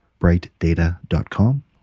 brightdata.com